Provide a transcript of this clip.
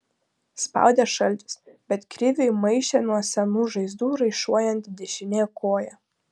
spaudė šaltis bet kriviui maišė nuo senų žaizdų raišuojanti dešinė koja